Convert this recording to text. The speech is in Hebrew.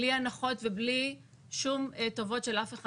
בלי הנחות ובלי שום טובות של אף אחד.